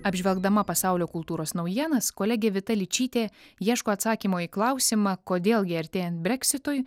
apžvelgdama pasaulio kultūros naujienas kolegė vita ličytė ieško atsakymo į klausimą kodėl gi artėjant breksitui